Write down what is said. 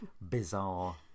bizarre